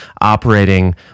operating